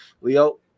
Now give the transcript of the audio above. Leo